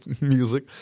music